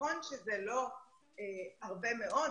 נכון שזה לא הרבה מאוד,